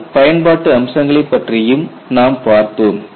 அதன் பயன்பாட்டு அம்சங்களைப் பற்றியும் நாம் பார்த்தோம்